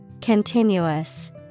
Continuous